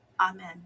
Amen